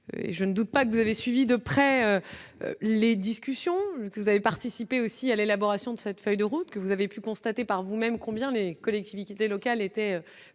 je ne doute pas que vous avez suivi de près les discussions que vous avez participé aussi à l'élaboration de cette feuille de route que vous avez pu constater par vous-même, combien les collectivités locales étaient